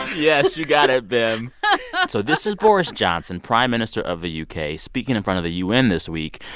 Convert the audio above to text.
yes. you got it, bim so this is boris johnson, prime minister of the u k, speaking in front of the u n. this week.